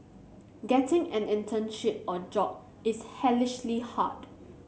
getting an internship or job is hellishly hard